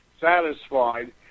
satisfied